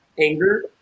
anger